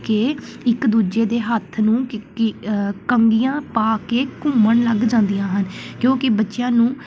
ਕੇ ਇੱਕ ਦੂਜੇ ਦੇ ਹੱਥ ਨੂੰ ਕੀ ਕੀ ਕੰਘੀਆਂ ਪਾ ਕੇ ਘੁੰਮਣ ਲੱਗ ਜਾਂਦੀਆਂ ਹਨ ਕਿਉਂਕਿ ਬੱਚਿਆਂ ਨੂੰ